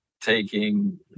taking